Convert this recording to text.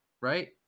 right